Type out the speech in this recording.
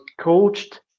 coached